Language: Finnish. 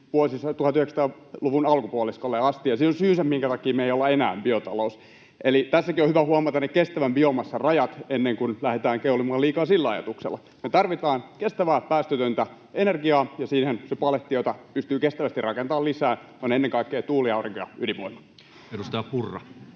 jonnekin 1900-luvun alkupuoliskolle asti, ja siihen on syynsä, minkä takia me ei olla enää biotalous. Eli tässäkin on hyvä huomata ne kestävän biomassan rajat, ennen kuin lähdetään keulimaan liikaa sillä ajatuksella. Me tarvitaan kestävää, päästötöntä energiaa, ja siihen se paletti, jota pystyy kestävästi rakentamaan lisää, on ennen kaikkea tuuli-, aurinko- ja ydinvoima. [Speech 184]